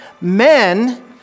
men